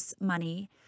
Money